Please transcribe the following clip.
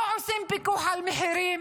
לא עושים פיקוח על מחירים,